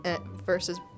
versus